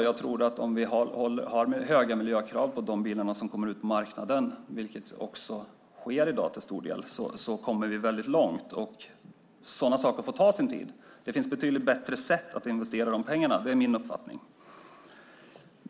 Jag tror att vi om vi har höga miljökrav på de bilar som kommer ut på marknaden, vilket också till stor del sker i dag, kommer väldigt långt. Sådana saker får ta sin tid. Det finns betydligt bättre sätt att investera dessa pengar; det är min uppfattning.